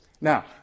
Now